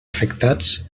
afectats